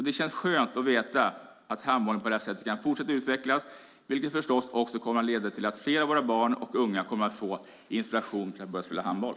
Det känns skönt att veta att handbollen på detta sätt kan fortsätta att utvecklas, vilket förstås också kommer att leda till att fler av våra barn och unga kommer att få inspiration till att börja spela handboll.